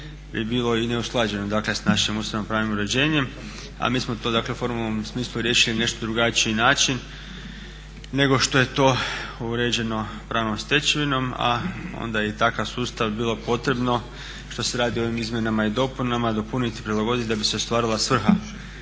je bilo i neusklađeno dakle s našim ustavno-pravnim uređenjem a mi smo to dakle u formalnom smislu riješili na nešto drugačiji način nego što je to uređeno pravnom stečevinom, a onda je i takav sustav bilo potrebno što se radi ovim izmjenama i dopunama dopuniti i prilagoditi da bi se ostvarila svrha